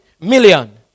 million